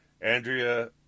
Andrea